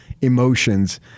emotions